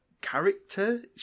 character